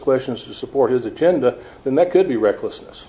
questions to support his agenda then that could be recklessness